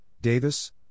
Davis